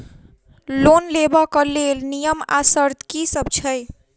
Loan लेबऽ कऽ लेल नियम आ शर्त की सब छई?